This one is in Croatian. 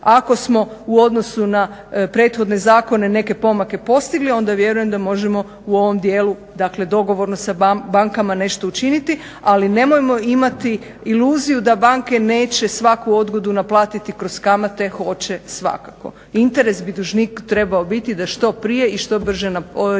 Ako smo u odnosu na prethodne zakone neke pomake postigli onda vjerujem da možemo u ovom dijelu, dakle dogovorno sa bankama nešto učiniti. Ali nemojmo imati iluziju da banke neće svaku odgodu naplatiti kroz kamate. Hoće, svakako. Interes bi dužniku trebao biti da što prije i što brže riješi